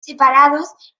separados